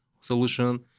solution